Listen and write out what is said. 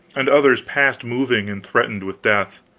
and others past moving and threatened with death.